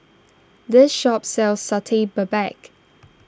this shop sells Satay Babat